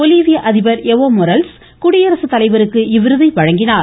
பொலிவிய அதிபர் Evo Morales குடியரசு தலைவருக்கு இவ்விருதை வழங்கினார்